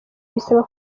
bisaba